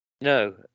No